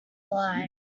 lie